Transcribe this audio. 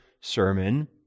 sermon